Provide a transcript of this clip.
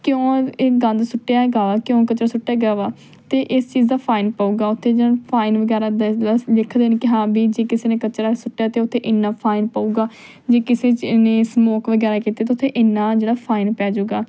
ਕਿਉਂ ਇਹ ਗੰਦ ਸੁੱਟਿਆ ਹੈਗਾ ਵਾ ਕਿਉਂ ਕਚਰਾ ਸੁੱਟਿਆ ਹੈਗਾ ਵਾ ਅਤੇ ਇਸ ਚੀਜ਼ ਦਾ ਫਾਈਨ ਪਊਗਾ ਉੱਥੇ ਜੇ ਉਹਨਾਂ ਨੂੰ ਫਾਈਨ ਵਗੈਰਾ ਦੱਸ ਲਿਖ ਦੇਣ ਕਿ ਹਾਂ ਵੀ ਜੇ ਕਿਸੇ ਨੇ ਕਚਰਾ ਸੁੱਟਿਆ ਤਾਂ ਉੱਥੇ ਇੰਨਾ ਫਾਈਨ ਪਊਗਾ ਜੇ ਕਿਸੇ ਚ ਨੇ ਸਮੋਕ ਵਗੈਰਾ ਕੀਤੀ ਤਾਂ ਉੱਥੇ ਇੰਨਾ ਜਿਹੜਾ ਫਾਈਨ ਪੈ ਜੂਗਾ